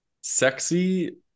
sexy